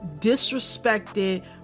disrespected